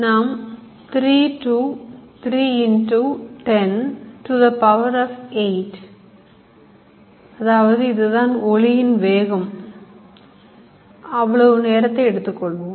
நாம் 3 to 3 into 10 to the power of 8 அதாவது ஒளியின் வேகம் நேரம் எடுத்துக்கொள்வோம்